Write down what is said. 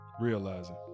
Realizing